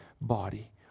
body